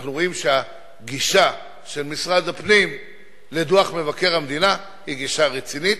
אנחנו רואים שהגישה של משרד הפנים לדוח מבקר המדינה היא גישה רצינית.